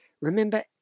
Remember